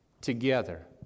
together